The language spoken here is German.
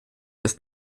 ist